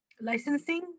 Licensing